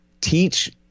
teach